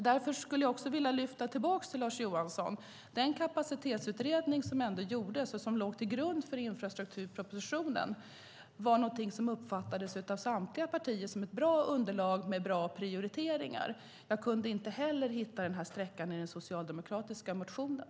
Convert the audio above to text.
Därför skulle jag också vilja lyfta tillbaka till Lars Johansson att den kapacitetsutredning som ändå gjordes och som låg till grund för infrastrukturpropositionen var någonting som av samtliga partier uppfattades som ett bra underlag med bra prioriteringar. Jag kunde inte heller hitta den här sträckan i den socialdemokratiska motionen.